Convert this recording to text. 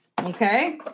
okay